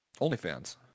OnlyFans